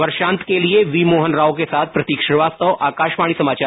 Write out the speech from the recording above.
वषांत के लिए वी मोहन राव के साथ प्रतीक श्रीवास्तव आकाशवाणी समाचार